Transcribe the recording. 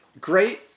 Great